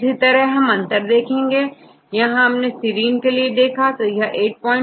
इसी तरह से आप आप अंतर देख सकते हैं यदि आप यहां serine देख रहे हैं तो यहां 846 है